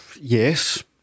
Yes